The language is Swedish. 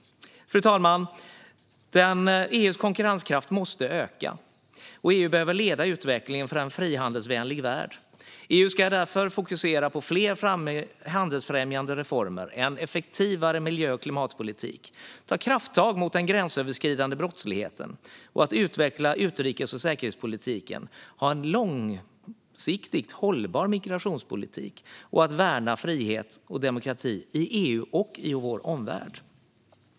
Fru talman! EU:s konkurrenskraft måste öka, och EU behöver leda utvecklingen för en frihandelsvänlig värld. EU ska därför fokusera på fler handelsfrämjande reformer och en effektivare miljö och klimatpolitik, ta krafttag mot den gränsöverskridande brottsligheten, utveckla utrikes och säkerhetspolitiken, ha en långsiktigt hållbar migrationspolitik och värna frihet och demokrati i EU och i vår omvärld.